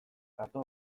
artoa